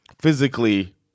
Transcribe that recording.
physically